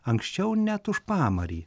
anksčiau net už pamarį